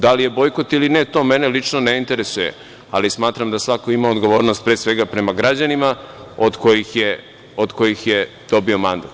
Da li je bojkot ili ne, to mene lično ne interesuje, ali smatram da svako ima odgovornost, pre svega, prema građanima od kojih je dobio mandat.